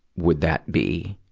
would that be,